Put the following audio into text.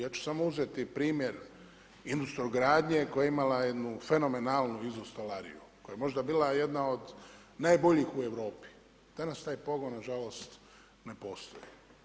Ja ću samo uzeti primjer Industrogradnje koja je imala jednu fenomenalnu izo stolariju, koja je možda bila jedna od najboljih u Europi, danas taj pogon nažalost ne postoji.